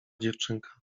dziewczynka